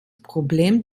problem